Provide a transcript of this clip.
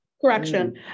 Correction